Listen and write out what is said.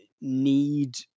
need